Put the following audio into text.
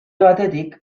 batetik